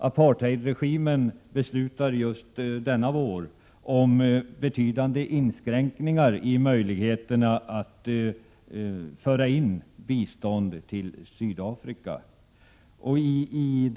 Apartheidregimen beslutar just denna vår om betydande inskränkningar i möjligheterna att föra in bistånd i Sydafrika.